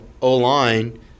O-line